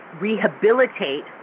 rehabilitate